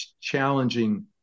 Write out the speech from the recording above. challenging